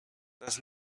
does